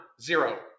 Zero